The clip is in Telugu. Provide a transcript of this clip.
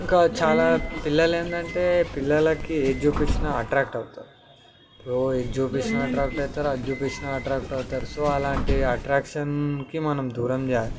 ఇంకా చాలా పిల్లలు ఏంటంటే పిల్లలకి ఏది చూపించినా ఎట్రాక్ట్ అవుతారు ఇప్పుడు ఇది చూపించినా ఎట్రాక్ట్ అవుతారు అది చూపించినా ఎట్రాక్ట్ అవుతారు సో అలాంటి ఎట్రాక్షన్కి మనం దూరం చెయ్యాలి